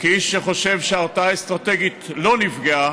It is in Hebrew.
כאיש שחושב שההרתעה האסטרטגית לא נפגעה,